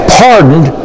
pardoned